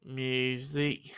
music